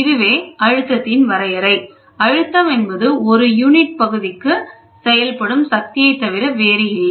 இதுவே அழுத்தத்தின் வரையறை அழுத்தம் என்பது ஒரு யூனிட் பகுதிக்கு செயல்படும் சக்தியைத் தவிர வேறில்லை